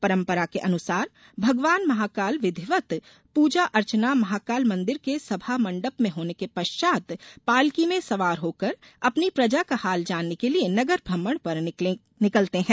परंपरा के अनुसार भगवान महाकाल विधिवत प्रजन अर्चना महाकाल मन्दिर के सभा मण्डप में होने के पश्चात पालकी में सवार होकर अपनी प्रजा का हाल जानने के लिए नगर भ्रमण पर निकलते है